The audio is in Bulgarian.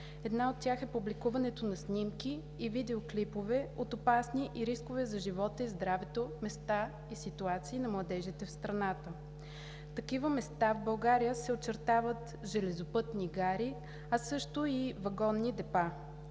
Една от тях е публикуването на снимки и видеоклипове от опасни и рискови за живота и здравето места и ситуации на младежите в страната. Такива места в България се очертават железопътни гари, а също и вагонни депа.